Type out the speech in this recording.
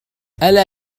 ألا